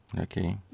Okay